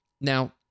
now